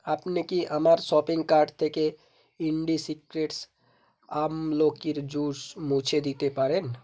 আপনি কি আমার শপিং কার্ট থেকে ইণ্ডিসিক্রেটস আমলকির জুস মুছে দিতে পারেন